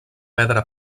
pedra